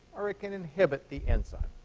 or it can inhibit the enzyme.